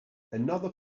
another